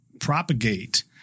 propagate